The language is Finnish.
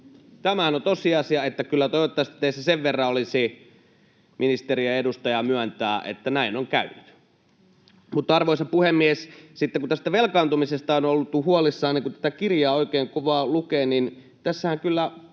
Tämähän on tosiasia. Toivottavasti teissä sen verran olisi ministeriä ja edustajaa myöntää, että näin on käynyt. Mutta, arvoisa puhemies, sitten kun tästä velkaantumisesta on oltu huolissaan, niin kun tätä kirjaa oikein kovaa lukee, niin tässähän kyllä